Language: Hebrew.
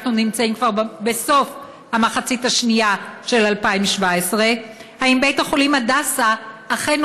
אנחנו נמצאים כבר בסוף המחצית השנייה של 2017. האם בית החולים הדסה אכן